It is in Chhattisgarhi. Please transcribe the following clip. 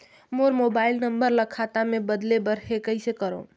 मोर मोबाइल नंबर ल खाता मे बदले बर हे कइसे करव?